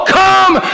come